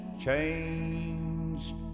changed